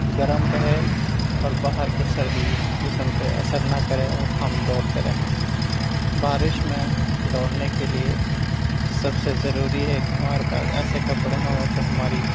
گرم رہے اور باہر کے سردی جسم پہ اثر نہ کرے اور ہم دوڑتے رہیں بارش میں دوڑنے کے لیے سب سے ضروری ہے کہ ہمارے پاس ایسے کپڑے ہوں جو ہماری